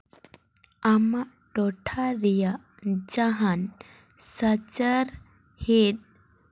ᱟᱢᱟᱜ ᱴᱚᱴᱷᱟ ᱨᱮᱭᱟᱜ ᱡᱟᱦᱟᱱ ᱥᱟᱪᱟᱨ ᱦᱮᱸᱫ